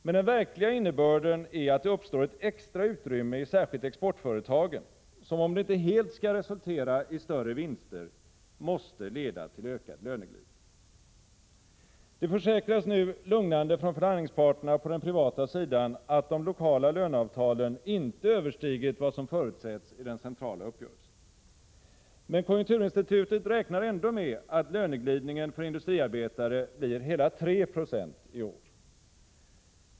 Men den verkliga innebörden är att det uppstår ett extra utrymme i särskilt exportföretagen, som om det inte helt skall resultera i större vinster måste leda till ökad löneglidning. Det försäkras nu lugnande från förhandlingsparterna på den privata sidan att de lokala löneavtalen inte överstigit vad som förutsetts i den centrala uppgörelsen. Men konjunkturinstitutet räknar ändå med att löneglidningen för industriarbetare blir hela 3 96 iår.